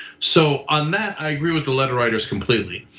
so on that, i agree with the letter writers completely.